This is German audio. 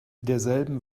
derselben